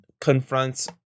confronts